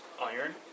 iron